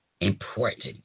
important